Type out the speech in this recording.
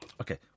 Okay